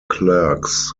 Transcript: clerks